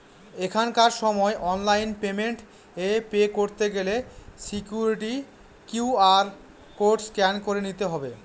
এখনকার সময় online payment এ পে করতে গেলে সিকুইরিটি কিউ.আর কোড স্ক্যান করে নিতে হবে